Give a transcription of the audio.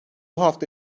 hafta